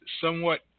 somewhat